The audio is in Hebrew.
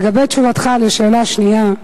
לגבי תשובתך על השאלה השנייה,